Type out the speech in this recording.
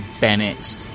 Bennett